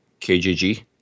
KJG